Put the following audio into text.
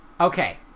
Okay